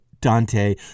Dante